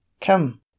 Come